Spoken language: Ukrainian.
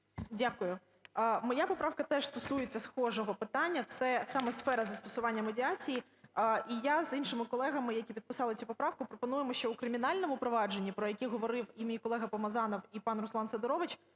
Дякую. Моя поправка теж стосується схожого питання – це саме сфера застосування медіації. І я з іншими колегами, які підписали цю поправку, пропонуємо, що у кримінальному провадженні, про яке говорив і мій колега Помазанов, і пан Руслан Сидорович,